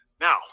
Now